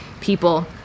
people